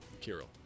Kirill